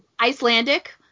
Icelandic